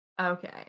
Okay